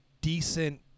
decent